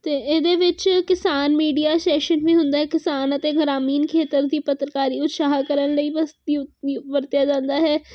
ਅਤੇ ਇਹਦੇ ਵਿੱਚ ਕਿਸਾਨ ਮੀਡੀਆ ਸੈਸ਼ਨ ਵੀ ਹੁੰਦਾ ਕਿਸਾਨ ਅਤੇ ਗ੍ਰਾਮੀਣ ਖੇਤਰ ਸੀ ਪੱਤਰਕਾਰੀ ਉਤਸਾਹ ਕਰਨ ਲਈ ਬਸਤੀ ਵਰਤਿਆ ਜਾਂਦਾ ਹੈ